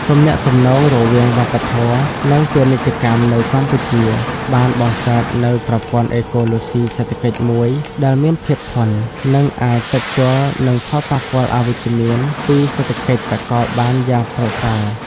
ទំនាក់ទំនងរវាងវប្បធម៌ និងពាណិជ្ជកម្មនៅកម្ពុជា បានបង្កើតនូវប្រព័ន្ធអេកូឡូស៊ីសេដ្ឋកិច្ចមួយដែលមានភាពធន់ និងអាចទប់ទល់នឹងផលប៉ះពាល់អវិជ្ជមានពីសេដ្ឋកិច្ចសកលបានយ៉ាងប្រសើរ។